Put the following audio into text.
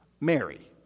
Mary